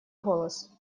голос